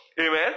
Amen